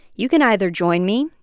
you can either join me,